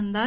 अंदाज